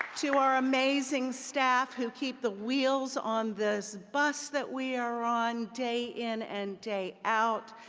to our amazing staff who keep the wheels on this bus that we are on day in and day out,